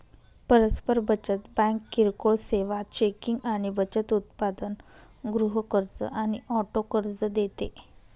परस्पर बचत बँक किरकोळ सेवा, चेकिंग आणि बचत उत्पादन, गृह कर्ज आणि ऑटो कर्ज देते